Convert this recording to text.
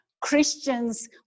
Christians